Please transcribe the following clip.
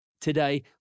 Today